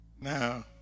Now